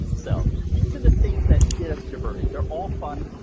so these are the things that get us diverted. they're all fun,